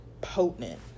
Potent